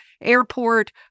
Airport